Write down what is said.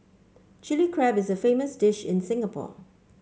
Chilli Crab is a famous dish in Singapore